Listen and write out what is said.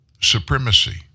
supremacy